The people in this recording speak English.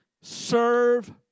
Serve